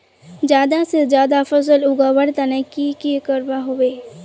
ज्यादा से ज्यादा फसल उगवार तने की की करबय होबे?